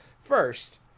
first